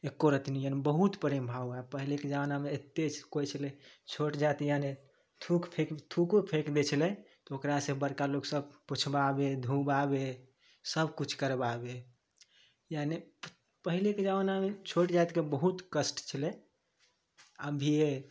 एक्कोरत्ती नहि यानी बहुत प्रेमभाव हइ पहिलेके जमानामे एतेक कोइ छलै छोट जाति यानी थूक फेक यानी थूको फेक दै छलै तऽ ओकरासे बड़का लोकसभ पोछबाबै धोआबै सबकिछु करबाबै यानी पहिलेके जमानामे छोट जातिके बहुत कष्ट छलै अभिए